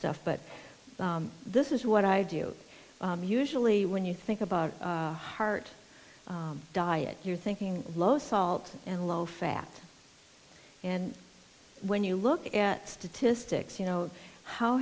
stuff but this is what i do usually when you think about heart diet you're thinking of low salt and low fat and when you look at statistics you know how